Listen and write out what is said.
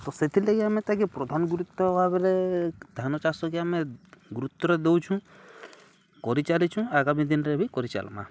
ତ ସେଥିର୍ଲାଗି ଆମେ ତାକେ ପ୍ରଧାନ ଗୁରୁତ୍ୱ ଭାବରେ ଧାନ ଚାଷକେ ଆମେ ଗୁରୁତ୍ୱର ଦଉଛୁଁ କରିଚାଲିଛୁଁ ଆଗାମୀ ଦିନ୍ରେ ବି କରିଚାଲ୍ମା